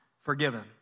forgiven